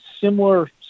similar